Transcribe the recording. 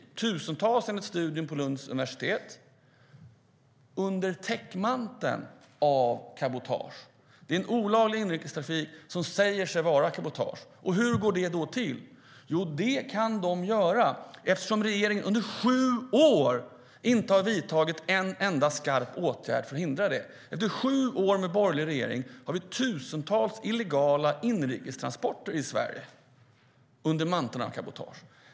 Det är tusentals, enligt studien från Lunds universitet, som kör under täckmanteln av cabotage. Det är en olaglig inrikestrafik som säger sig vara cabotage. Hur går det då till? Jo, det kan de göra eftersom regeringen under sju år inte har vidtagit en enda skarp åtgärd för att hindra det. Efter sju år med borgerlig regering har vi tusentals illegala inrikestransporter i Sverige under manteln av cabotage.